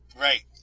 Right